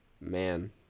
man